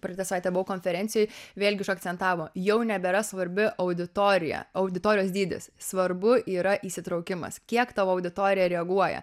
praeitą savaitę buvau konferencijoj vėlgi užakcentavo jau nebėra svarbi auditorija auditorijos dydis svarbu yra įsitraukimas kiek tavo auditorija reaguoja